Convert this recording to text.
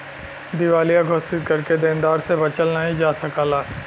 दिवालिया घोषित करके देनदार से बचल नाहीं जा सकला